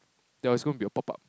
there's gonna be a pop-up